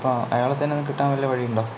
ആ അയാളെ തന്നെ കിട്ടാൻ വല്ല വഴിയുണ്ടോ